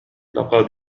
لقد